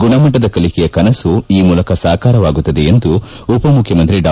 ಗುಣಮಟ್ಟದ ಕಲಿಕೆಯ ಕನಸು ಈ ಮೂಲಕ ಸಾಕಾರವಾಗುತ್ತದೆ ಎಂದು ಉಪಮುಖ್ಯಮಂತ್ರ ಡಾ